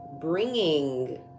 bringing